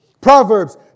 Proverbs